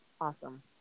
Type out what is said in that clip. awesome